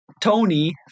Tony